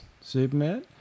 Superman